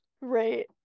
Right